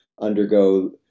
undergo